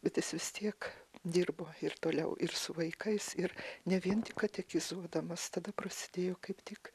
bet jis vis tiek dirbo ir toliau ir su vaikais ir ne vien tik katechizuodamas tada prasidėjo kaip tik